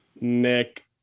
Nick